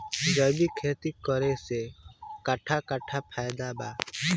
जैविक खेती करे से कट्ठा कट्ठा फायदा बा?